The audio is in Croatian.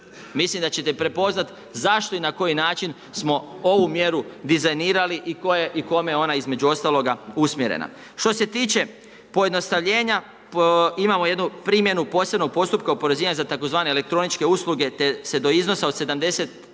Mislim da ćete prepoznat zašto i na koji način smo ovu mjeru dizajnirali i kome je ona između ostaloga usmjerena. Što se tiče pojednostavljenja, imamo jednu primjenu posebnog postupka oporezivanja za tzv. elektroničke usluge, te se do iznosa od 77